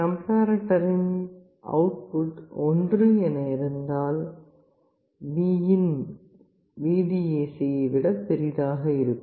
கம்பேர்ரேட்டரின் output 1 என இருந்தால் Vin VDAC ஐ விட பெரிதாக இருக்கும்